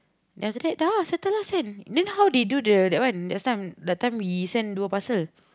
then after that dah ah settle lah send mean how they do the that one last time the time we sent dua parcel